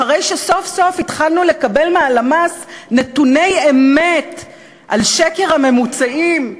אחרי שסוף-סוף התחלנו לקבל מהלמ"ס נתוני אמת על שקר הממוצעים,